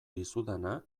dizudana